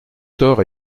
tort